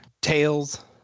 Tails